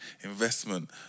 investment